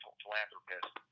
philanthropist